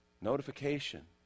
notification